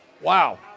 Wow